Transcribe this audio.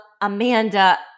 Amanda